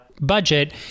budget